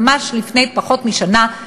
ממש לפני פחות משנה,